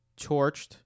torched